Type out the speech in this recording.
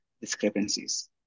discrepancies